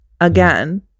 again